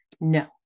No